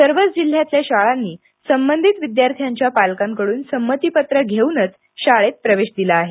सर्वच जिल्ह्यातल्या शाळांनी संबंधित विद्यार्थ्यांच्या पालकांकडून संमतीपत्र घेऊनच शाळेत प्रवेश दिला आहे